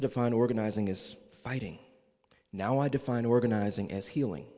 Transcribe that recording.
to define organizing is fighting now i define organizing as healing